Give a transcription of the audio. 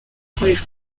gukora